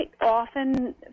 often